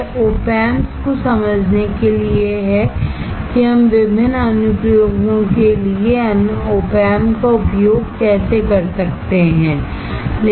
यह Op Amps को समझने के लिए है कि हम विभिन्न अनुप्रयोगों के लिए Op Amps का उपयोग कैसे कर सकते हैं